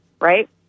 right